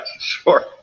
sure